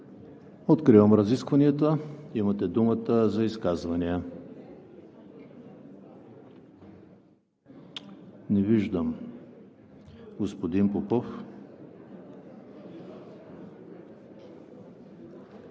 Откривам разискванията. Имате думата за изказвания. Господин Попов,